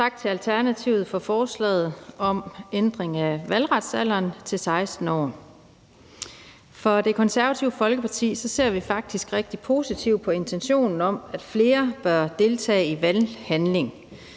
tak til Alternativet for forslaget om ændring af valgretsalderen til 16 år. I Det Konservative Folkeparti ser vi faktisk rigtig positivt på intentionen om, at flere bør deltage i valghandlingen,